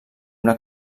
una